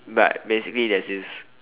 but basically there's this